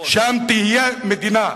שם תהיה מדינה,